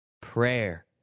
prayer